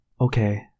Okay